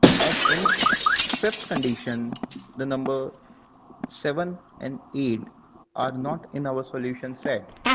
and fifth condition the number seven and eight are not in our solution set,